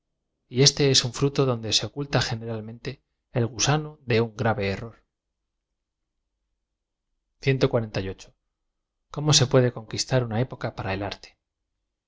antiguas y este es un ft uto donde se oculta generalmente el gueano de un g ra v e error ómo se puede conquistar una época p a ra el arte